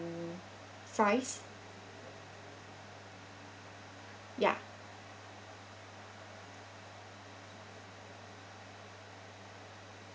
fries ya